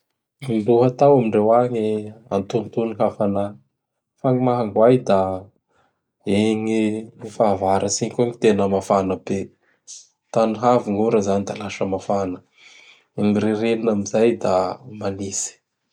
Gny lohatao amindreo agny atonotony gn hafanà; fa gny mahangoay da igny fahavarasy igny koa gny tena mafana be. Tany havy gn'ora zany da lasa mafana. Gny ririnina am zay da manitsy.